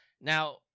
Now